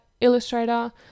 illustrator